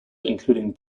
including